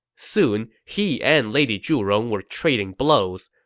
soon, he and lady zhurong were trading blows.